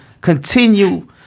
continue